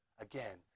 again